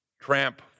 Tramp